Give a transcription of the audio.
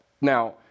Now